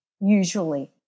Usually